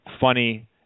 funny